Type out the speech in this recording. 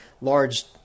large